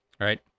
Right